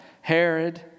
Herod